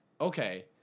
okay